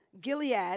Gilead